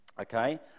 Okay